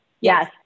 Yes